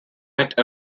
met